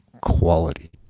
quality